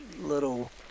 little